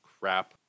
crap